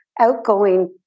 outgoing